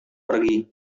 pergi